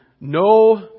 no